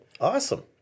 Awesome